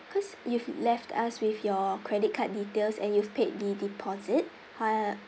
cause you've left us with your credit card details and you've paid the deposit uh